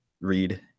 read